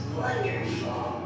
wonderful